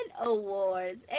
Awards